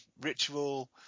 Ritual